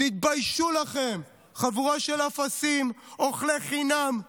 תתביישו לכם, חבורה של אפסים אוכלי חינם.